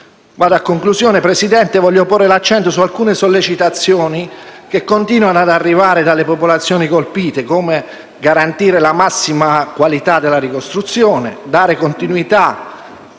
In conclusione, signor Presidente, voglio porre l'accento su alcune sollecitazioni che continuano ad arrivare dalle popolazioni colpite come garantire la massima qualità della ricostruzione, dare continuità